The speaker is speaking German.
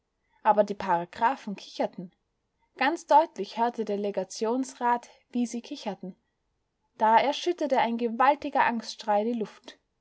aber die paragraphen kicherten ganz deutlich hörte der legationsrat wie sie kicherten da erschütterte ein gewaltiger angstschrei die luft